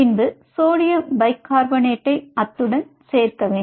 பின்பு சோடியம் பை கார்போனைட்டை அத்துடன் சேர்க்க வேண்டும்